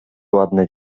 ładne